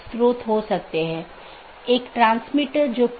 यह एक शब्दावली है या AS पाथ सूची की एक अवधारणा है